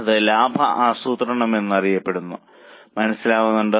അത് ലാഭ ആസൂത്രണം എന്നും അറിയപ്പെടുന്നു മനസ്സിലാകുന്നുണ്ടോ